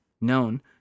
known